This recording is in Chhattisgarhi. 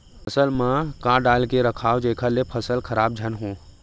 फसल म का डाल के रखव जेखर से फसल खराब झन हो?